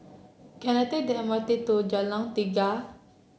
can I take the M R T to Jalan Tiga